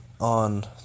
on